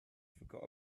forgot